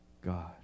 God